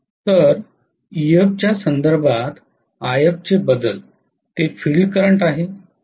तर Ef च्या संदर्भात If चे बदल ते फिल्ड करंट आहे